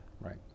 Right